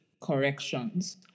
corrections